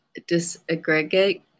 disaggregate